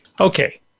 Okay